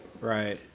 Right